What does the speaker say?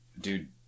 Dude